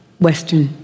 Western